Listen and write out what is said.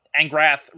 Angrath